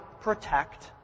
protect